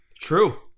True